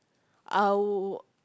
I w~